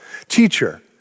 teacher